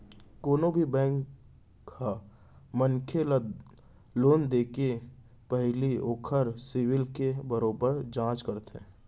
कोनो भी बेंक ह मनसे ल लोन देके पहिली ओखर सिविल के बरोबर जांच करथे